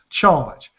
charge